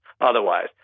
otherwise